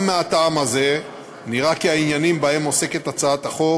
גם מהטעם הזה נראה כי העניינים שבהם עוסקת הצעת החוק